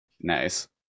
Nice